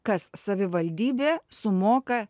kas savivaldybė sumoka